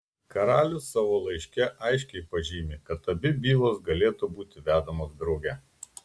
karalius savo laiške aiškiai pažymi kad abi bylos galėtų būti vedamos drauge